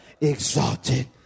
Exalted